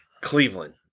Cleveland